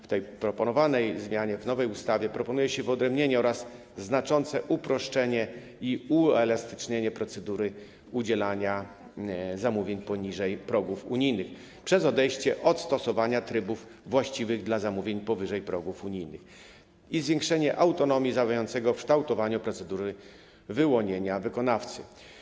W przedkładanej zmianie, w nowej ustawie proponuje się wyodrębnienie oraz znaczące uproszczenie i uelastycznienie procedury udzielania zamówień poniżej progów unijnych przez odejście od stosowania trybów właściwych dla zamówień powyżej progów unijnych i zwiększenie autonomii zamawiającego w kształtowaniu procedury wyłonienia wykonawcy.